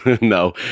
no